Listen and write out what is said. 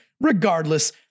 Regardless